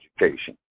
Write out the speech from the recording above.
education